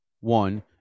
One